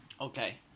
Okay